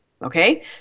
Okay